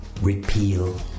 Repeal